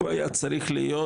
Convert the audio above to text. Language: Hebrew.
הוא היה צריך להיות